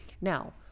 Now